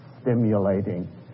stimulating